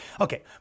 Okay